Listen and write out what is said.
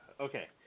Okay